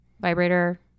vibrator